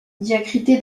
diacritée